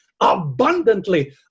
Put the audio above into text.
abundantly